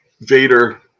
Vader